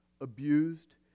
abused